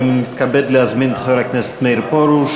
אני מתכבד להזמין את חבר הכנסת מאיר פרוש.